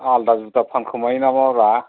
आल्दा जुदा फानखुमायो नामाब्रा